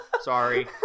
Sorry